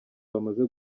bamaze